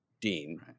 Dean